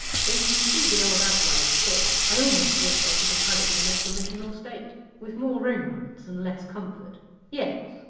though you can see the old outline still. i almost wish i could have had it in its original state with more romance and less comfort yes,